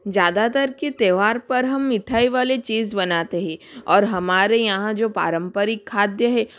ज़्यादातर के त्योहार पर हम मिठाई वाली चीज़ बनाते हैं और हमारे यहाँ जो पारम्परिक खाद्य है